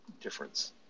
difference